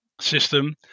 system